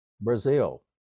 Brazil